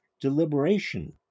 deliberation